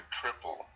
triple